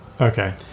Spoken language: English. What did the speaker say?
okay